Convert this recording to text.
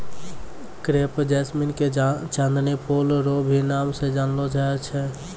crepe jasmine के चांदनी फूल रो भी नाम से जानलो जाय छै